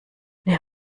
der